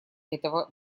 этого